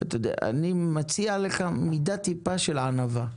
אני מציע לך מידה טיפה של ענווה,